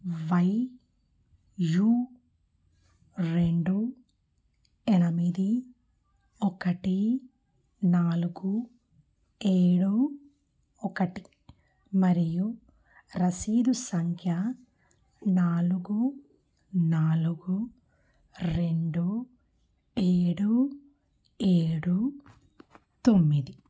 why U రెండు ఎనిమిది ఒకటి నాలుగు ఏడు ఒకటి మరియు రసీదు సంఖ్య నాలుగు నాలుగు రెండు ఏడు ఏడు తొమ్మిది